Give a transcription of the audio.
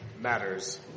Matters